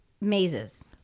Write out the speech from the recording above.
mazes